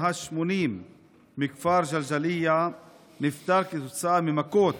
מכפר ג'לג'וליה נפטר כתוצאה ממכות